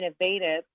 innovative